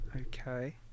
Okay